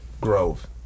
grove